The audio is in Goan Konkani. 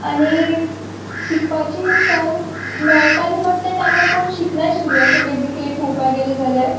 आनी शिकपाची संद मेळटाली बट त्या टायमार कोण शिकनाशिल्ले अशें बेजीकली पोवपाक गेले जाल्यार